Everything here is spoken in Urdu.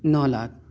نو لاکھ